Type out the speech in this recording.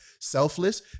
selfless